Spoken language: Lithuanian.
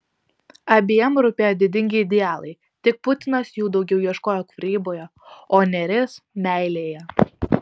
abiem rūpėjo didingi idealai tik putinas jų daugiau ieškojo kūryboje o nėris meilėje